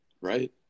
Right